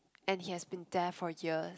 and he has been there for years